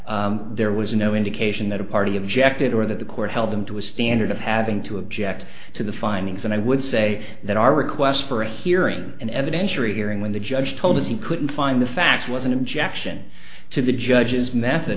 at there was no indication that a party objected or that the court held them to a standard of having to object to the findings and i would say that our request for a hearing an evidentiary hearing when the judge told him he couldn't find the facts was an objection to the judge's method